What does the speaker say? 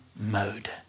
mode